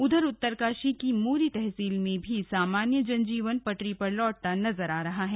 उधर उत्तरकाशी की मोरी तहसील में भी सामान्य जन जीवन पटरी पर लौटता नजर आ रहा है